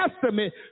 testament